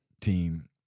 team